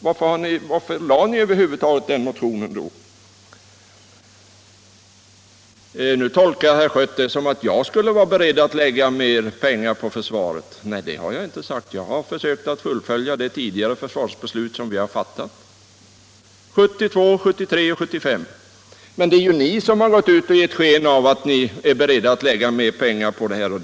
Varför väckte ni över huvud taget motionen? Nu tolkar herr Schött mig så att jag skulle vara beredd att lägga ner mer pengar på försvaret, men det har jag inte sagt. Jag har försökt att fullfölja de försvarsbeslut som vi tidigare fattat — 1972, 1973 och 1975. Men ni har ju givit sken av att ni är beredda att lägga ner mer pengar på försvaret.